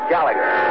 Gallagher